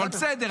אבל בסדר,